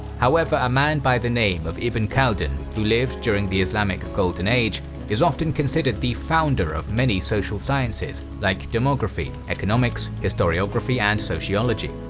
however, a man by the name of ibn khaldun who lived during the islamic golden age is often considered the founder of many social sciences like demography, economics, historiography, and sociology.